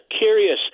curious